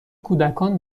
کودکان